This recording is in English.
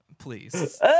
Please